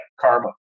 karma